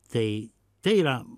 tai tai yra